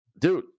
dude